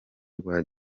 rwa